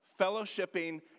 fellowshipping